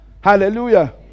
Hallelujah